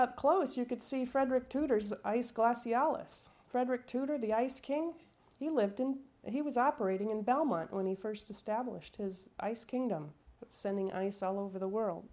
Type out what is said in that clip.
up close you could see frederick tutors ice glossy alice frederick tudor the ice king he lived in he was operating in belmont when he first established his ice kingdom sending ice all over the world